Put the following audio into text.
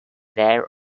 their